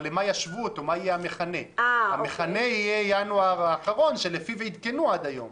אבל המכנה יהיה ינואר האחרון שלפיו עדכנו עד היום.